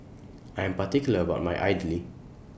I Am particular about My Idly